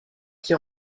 qui